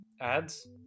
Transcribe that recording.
ads